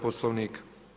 Poslovnika.